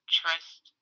trust